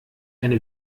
eine